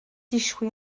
échoué